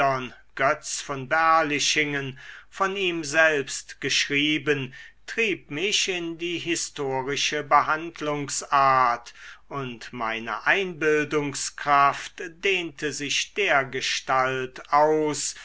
von berlichingen von ihm selbst geschrieben trieb mich in die historische behandlungsart und meine einbildungskraft dehnte sich dergestalt aus